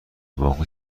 بانکوک